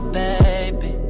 baby